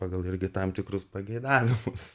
pagal irgi tam tikrus pageidavimus